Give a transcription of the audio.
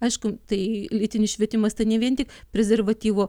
aišku tai lytinis švietimas tai ne vien tik prezervatyvo